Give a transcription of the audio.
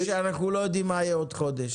אמרנו שאנחנו לא יודעים מה יהיה בעוד חודש.